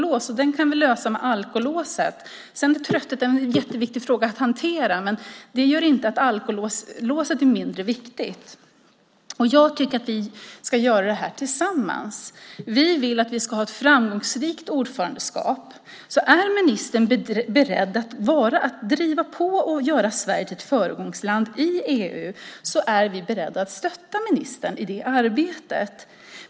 Alkoholproblemet kan vi lösa med alkolåset. Sedan är tröttheten en jätteviktig fråga att hantera, men den gör inte alkolåset mindre viktigt. Jag tycker att vi ska göra det här tillsammans. Vi vill att Sverige ska ha ett framgångsrikt ordförandeskap. Om ministern är beredd att driva på och göra Sverige till ett föregångsland i EU är vi beredda att stötta ministern i det arbetet.